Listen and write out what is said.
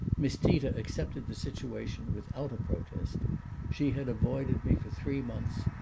miss tita accepted the situation without a protest she had avoided me for three months,